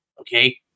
Okay